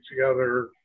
together